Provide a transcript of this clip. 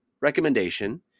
recommendation